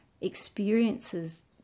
experiences